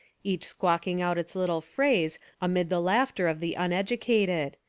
each squawking out its little phrase amid the laughter of the uneducated.